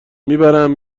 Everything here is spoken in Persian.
میبرم